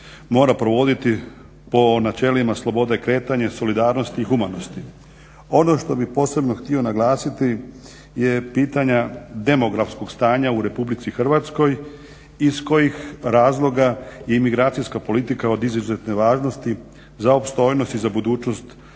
mora provoditi po načelima slobode kretanja, solidarnosti i humanosti. Ono što bi posebno htio naglasiti je pitanja demografskog stanja u RH iz kojih razloga je i migracijska politika od izuzetne važnosti za opstojnost i za budućnost Hrvatske